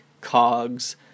cogs